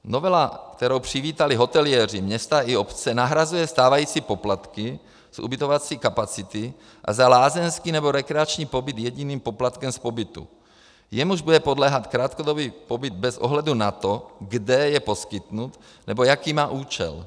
Novela, kterou přivítali hoteliéři, města i obce, nahrazuje stávající poplatky z ubytovací kapacity a za lázeňský nebo rekreační pobyt jediným poplatkem z pobytu, jemuž bude podléhat krátkodobý pobyt bez ohledu na to, kde je poskytnut nebo jaký má účel.